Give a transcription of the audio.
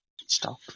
stop